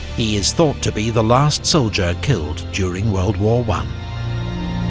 he is thought to be the last soldier killed during world war one.